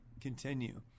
continue